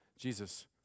Jesus